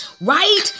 Right